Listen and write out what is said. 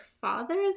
fathers